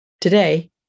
Today